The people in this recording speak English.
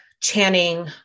Channing